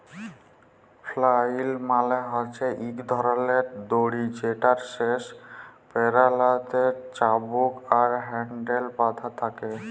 flail মালে হছে ইক ধরলের দড়ি যেটর শেষ প্যারালতে চাবুক আর হ্যাল্ডেল বাঁধা থ্যাকে